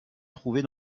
trouvés